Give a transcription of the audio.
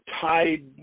tied